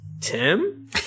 tim